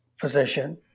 position